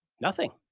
nothing.